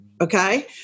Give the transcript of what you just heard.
Okay